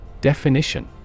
Definition